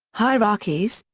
hierarchies,